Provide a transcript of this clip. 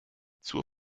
zur